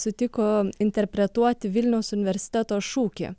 sutiko interpretuoti vilnius universiteto šūkį